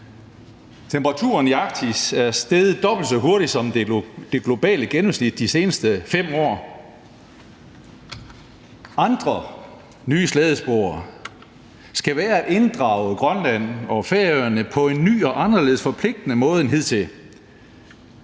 Temperaturen i Arktis er steget dobbelt så hurtigt som det globale gennemsnit de seneste 5 år. Andre nye slædespor skal være at inddrage Grønland og Færøerne på en ny og anderledes forpligtende måde end hidtil.